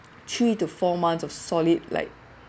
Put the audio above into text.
three to four months of solid like